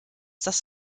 das